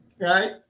right